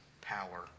power